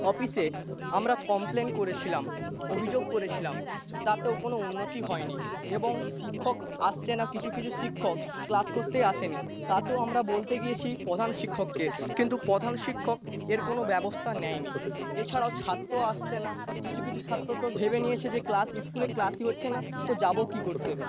অফিসে আমরা কমপ্লেন করেছিলাম অভিযোগ করেছিলাম তাতেও কোনও উন্নতি হয়নি এবং শিক্ষক আসছে না কিছু কিছু শিক্ষক ক্লাস করতেই আসেনি তাতেও আমরা বলতে গিয়েছি প্রধান শিক্ষককে কিন্তু প্রধান শিক্ষক এর কোনও ব্যবস্থা নেয়নি এছাড়াও ছাত্র আসছে না কিছু কিছু ছাত্র তো ভেবে নিয়েছে যে ক্লাস স্কুলে ক্লাসই হচ্ছে না তো যাবো কি করতে